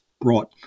brought